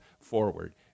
forward